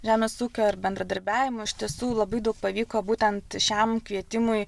žemės ūkio ir bendradarbiavimu iš tiesų labai daug pavyko būtent šiam kvietimui